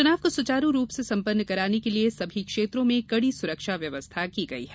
चुनाव को सुचारु रूप से संपन्न कराने के लिए सभी क्षेत्रों में कड़ी सुरक्षा व्यवस्था की गई हैं